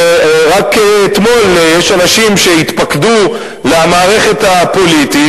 הרי יש אנשים שהתפקדו רק אתמול למערכת הפוליטית,